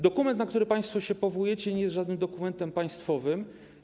Dokument, na który państwo się powołujecie, nie jest żadnym dokumentem państwowym.